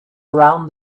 around